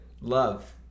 love